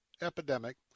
epidemic